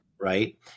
right